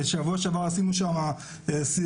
שבוע שעבר עשינו שם סיורים.